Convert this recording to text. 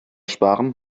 sparen